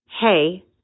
hey